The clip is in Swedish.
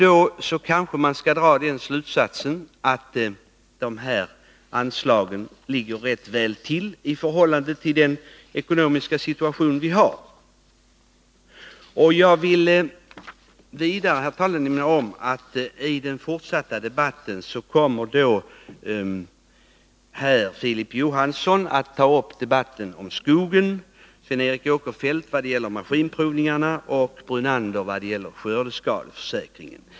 Då kanske man kan dra den slutsatsen, att anslagen ligger rätt väl till i förhållande till den ekonomiska situation vi har. Herr talman! I den fortsatta debatten kommer Filip Johansson att behandla de frågor som rör skogen, Sven Eric Åkerfeldt de som rör statens maskinprovningar och Lennart Brunander de som rör skördeskadeförsäkringen.